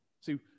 See